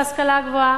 בהשכלה הגבוהה,